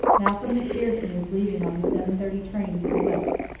malcolm macpherson is leaving on the seven thirty train for the west,